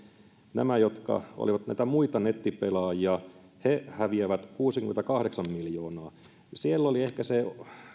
nämä jotka olivat näitä muita nettipelaajia he häviävät kuusikymmentäkahdeksan miljoonaa siellä oli ehkä se